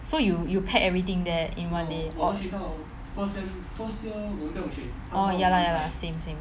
so you you pack everything there in one day or orh ya lah ya lah same same